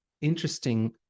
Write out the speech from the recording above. interesting